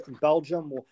Belgium